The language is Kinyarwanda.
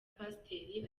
pasiteri